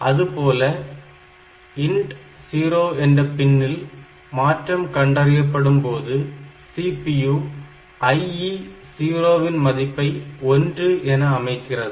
அதுபோல INT0 என்ற பின்னில் மாற்றம் கண்டறியப்படும் போது CPU IE0 ன் மதிப்பை 1 என அமைக்கிறது